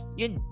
yun